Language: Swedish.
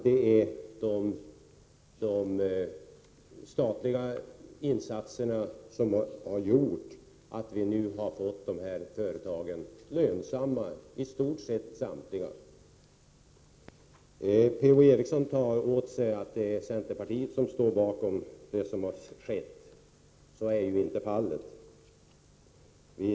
Det är ju de statliga insatserna som har gjort att i stort sett samtliga dessa företag nu är lönsamma. Prot. 1987/88:126 Per-Ola Eriksson ger centerpartiet äran av vad som skett, men det finns det 25 maj 1988 ju inget fog för.